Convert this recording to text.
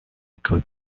could